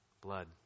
blood